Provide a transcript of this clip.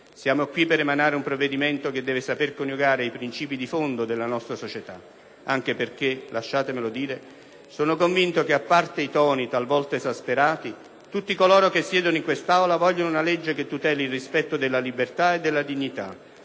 Siamo qui per emanare un provvedimento che deve saper coniugare i principi di fondo della nostra società, anche perché - lasciatemelo dire - sono convinto che, a parte i toni talvolta esasperati, tutti coloro che siedono in quest'Aula vogliono una legge che tuteli il rispetto della libertà e della dignità;